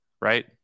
right